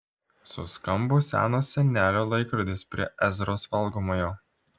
suskambo senas senelio laikrodis prie ezros valgomojo